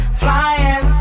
flying